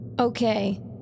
Okay